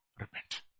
repent